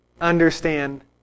understand